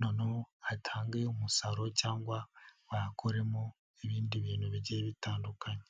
noneho hatange umusaruro cyangwa bayakoremo ibindi bintu bigiye bitandukanye.